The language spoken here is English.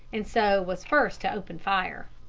and so was first to open fire.